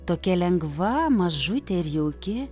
tokia lengva mažutė ir jauki